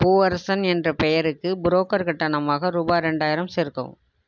பூவரசன் என்ற பெயருக்கு புரோக்கர் கட்டணமாக ரூபாய் ரெண்டாயிரம் சேர்க்கவும்